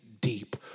deep